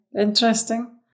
Interesting